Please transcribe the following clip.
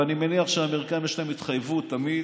ואני מניח שלאמריקאים יש התחייבות תמיד,